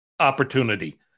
opportunity